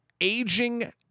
aging